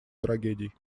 трагедий